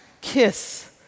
kiss